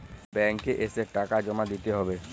Bank এ এসে টাকা জমা দিতে হবে?